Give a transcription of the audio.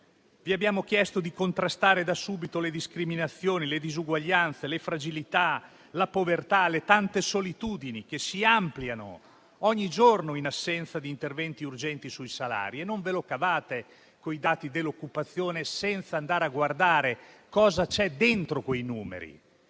Vi abbiamo chiesto di contrastare da subito le discriminazioni, le disuguaglianze, le fragilità, la povertà, le tante solitudini che si ampliano ogni giorno in assenza di interventi urgenti sui salari. Non ve la cavate coi dati sull'occupazione senza andare a guardare cosa c'è dentro quei numeri.